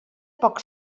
poc